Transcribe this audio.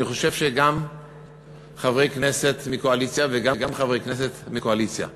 אני חושב שגם חברי כנסת מהקואליציה וגם חברי כנסת מהאופוזיציה